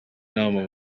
inama